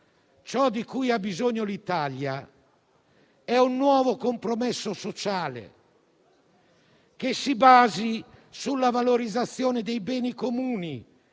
Ciò di cui ha bisogno l'Italia è un nuovo compromesso sociale, basato sulla valorizzazione dei beni comuni: